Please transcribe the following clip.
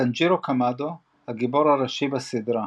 טאנג'ירו קמאדו הגיבור הראשי בסדרה.